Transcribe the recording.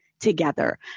together